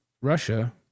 Russia